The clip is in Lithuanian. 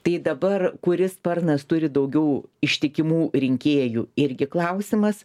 tai dabar kuris sparnas turi daugiau ištikimų rinkėjų irgi klausimas